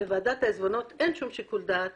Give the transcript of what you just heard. לוועדת העיזבונות אין שום שיקול דעת